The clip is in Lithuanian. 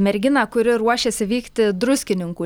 merginą kuri ruošėsi vykti druskininkų